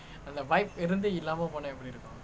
ya